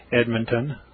Edmonton